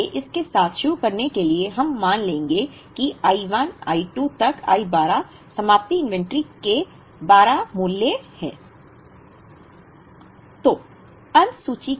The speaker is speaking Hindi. इसलिए इसके साथ शुरू करने के लिए हम मान लेंगे कि I 1 I 2 तक I 12 समाप्ति इन्वेंटरी के 12 मान मूल्य हैं